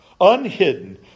unhidden